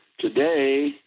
Today